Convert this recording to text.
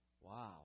wow